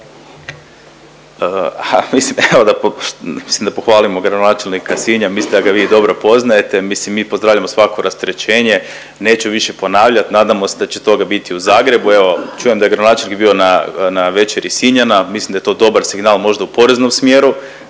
mislim da pohvalimo gradonačelnika Sinja, mislim da ga vi dobro poznajete. Mislim mi pozdravljamo svako rasterećenje, neću više ponavljat. Nadamo se da će toga biti i u Zagrebu. Evo čujem da gradonačelnik je bio na, na večeri Sinjana. Mislim da je to dobar signal možda u poreznom smjeru.